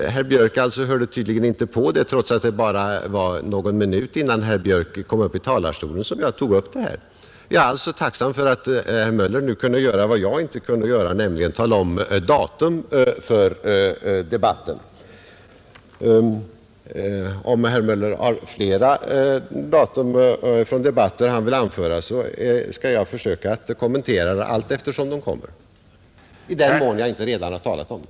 Herr Björk hörde tydligen inte på, trots att det var bara någon minut innan han kom upp i talarstolen som jag tog upp det här. Jag är tacksam för att herr Möller nu kunde göra vad jag inte kunde, nämligen tala om datum för debatten. Om herr Möller har flera sådana uppgifter att anföra så skall jag försöka kommentera dem allteftersom de kommer, i den mån jag inte redan har talat om dem.